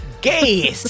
Gay